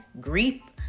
Grief